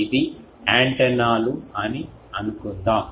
ఇది యాంటెనాలు అని అనుకుందాం